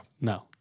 no